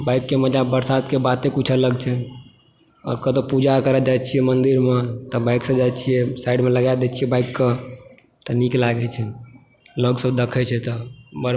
बाइकके मजा तऽ बरसातक बाते किछु अलग छै आओर कतहु पूजा करय जाइत छियै मन्दिरमे तब बाइकसँ जाइत छियै साइडमे लगा दैत छियै बाइककेँ तऽ नीक लागै छै लोकसभ देखै छै तऽ बड़